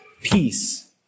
peace